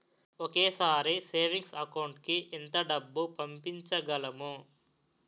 ఒకేసారి savings account కి ఎంత డబ్బు పంపించగలము?